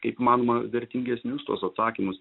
kaip įmanoma vertingesnius tuos atsakymus